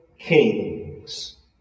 Kings